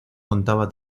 contaba